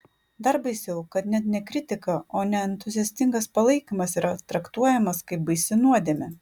dar baisiau kad net ne kritika o neentuziastingas palaikymas yra traktuojamas kaip baisi nuodėmė